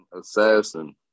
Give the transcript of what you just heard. assassin